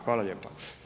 Hvala lijepo.